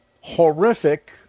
horrific